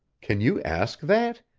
can you ask that?